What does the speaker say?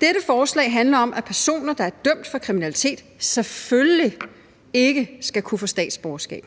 Dette forslag handler om, at personer, der er dømt for kriminalitet, selvfølgelig ikke skal kunne få statsborgerskab,